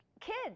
kids